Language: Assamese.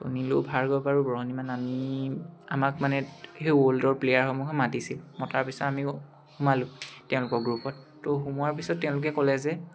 তো নীলো ভাৰ্গৱ বাৰু প্ৰহ্ণিমান আমি আমাক মানে সেই ৱৰ্ল্ডৰ প্লেয়াৰসমূহে মাতিছিল মতাৰ পিছত আমি সোমালোঁ তেওঁলোকৰ গ্ৰুপত তো সোমোৱাৰ পিছত তেওঁলোকে ক'লে যে